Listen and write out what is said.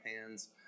hands